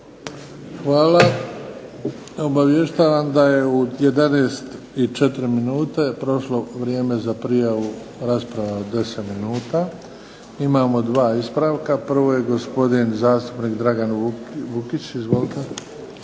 Hvala. Obavještavam da je u 11,04 sati prošle vrijeme za prijavu rasprave od deset minuta. Imamo dva ispravka. Prvo je gospodin zastupnik Dragan Vukić. Izvolite.